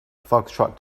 foxtrot